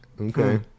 Okay